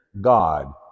God